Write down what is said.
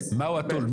מה הוא התו"ל?